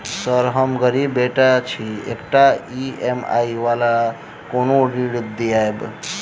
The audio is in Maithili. सर हम गरीबक बेटा छी एकटा ई.एम.आई वला कोनो ऋण देबै?